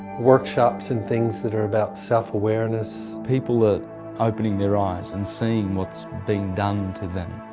workshops and things that are about self-awareness. people are opening their eyes and seeing what's been done to them.